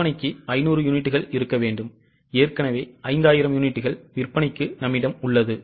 விற்பனைக்கு 500 யூனிட்டுகள் இருக்க வேண்டும் ஏற்கனவே 5000 யூனிட்டுகள் விற்பனைக்கு நம்மிடம் உள்ளது